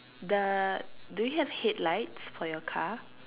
the do you have headlights for your car